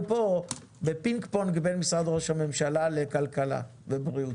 כאן בפינג פונג בין משרד ראש הממשלה לכלכלה ובריאות.